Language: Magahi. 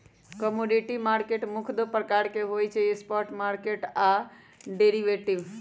कमोडिटी मार्केट मुख्य दु प्रकार के होइ छइ स्पॉट मार्केट आऽ डेरिवेटिव